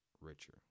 richer